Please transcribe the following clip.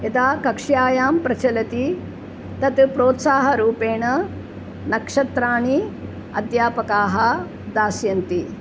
यदा कक्ष्यायां प्रचलति तत् प्रोत्साहरूपेण नक्षत्राणि अध्यापकाः दास्यन्ति